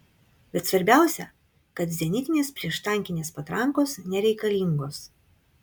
bet svarbiausia kad zenitinės prieštankinės patrankos nereikalingos